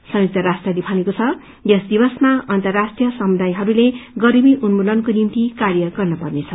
संयुक्त राष्ट्रले भनेको छ यस दिवसमा अन्तर्राष्ट्रीय समुदायहरूले गरीबी उन्मुलनको निम्ति कार्य गर्न पर्नेछ